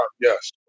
yes